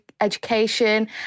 education